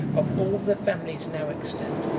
of all the families now extant,